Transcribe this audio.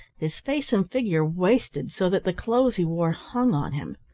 his face and figure wasted, so that the clothes he wore hung on him.